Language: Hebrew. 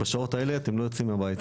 בשעות האלה אתם לא יוצאים מהבית.